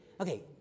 Okay